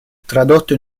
tradotto